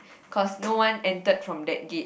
cause no one entered from that gate